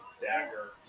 Dagger